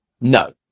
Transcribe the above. No